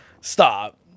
Stop